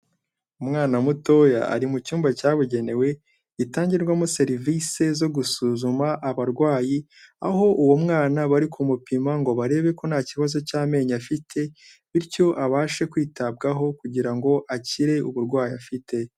Umwana mutoya ari mu cyumba cyabugenewe, gitangirwamo serivisi zo gusuzuma abarwayi, aho uwo mwana bari kumupima ngo barebe ko nta kibazo cy'amenyo afite, bityo abashe kwitabwaho kugira ngo akire uburwayi afite.